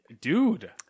Dude